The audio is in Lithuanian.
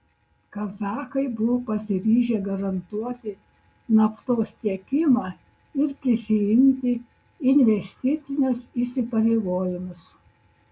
kazachai buvo pasiryžę garantuoti naftos tiekimą ir prisiimti investicinius įsipareigojimus